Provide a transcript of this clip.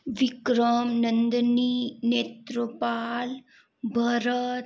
Vikram Nandini Netrapal Bharat